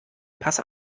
pass